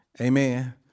Amen